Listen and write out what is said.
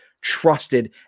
trusted